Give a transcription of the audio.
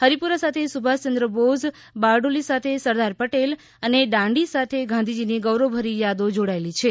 હરિપુરા સાથે સુભાષયંદ્ર બોઝ બારડોલી સાથે સરદાર પટેલ અને અને દાંડી સાથે ગાંધીજીની ગૌરવભરી યાદો જોડાયેલી છે